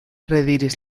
rediris